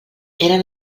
eren